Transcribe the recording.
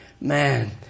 Man